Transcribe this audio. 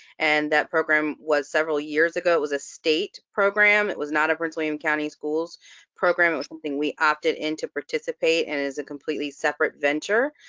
and that program was several years ago, it was a state program, it was not a prince william county schools program it was something we opted in to participate, and it was a completely separate venture.